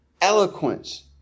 eloquence